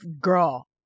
girl